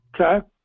Okay